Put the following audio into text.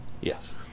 Yes